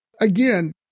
again